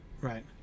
Right